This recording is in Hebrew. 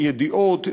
ידיעות,